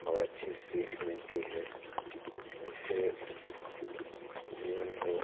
और अच्छी सीख मिलती है जिससे जीवन को